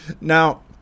Now